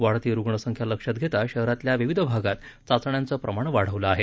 वाढती रुग्ण संख्या लक्षात घेता शहरातल्या विविध भागात चाचण्यांचं प्रमाण वाढवलं आहे